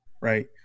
right